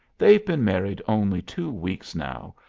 they've been married only two weeks now,